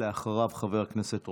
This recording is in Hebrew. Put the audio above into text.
אחריו, חבר הכנסת רוטמן.